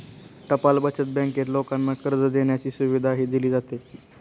टपाल बचत बँकेत लोकांना कर्ज देण्याची सुविधाही दिली जाते